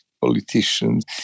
politicians